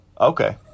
Okay